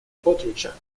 portraiture